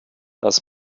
das